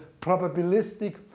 probabilistic